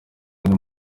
umwe